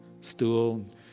stool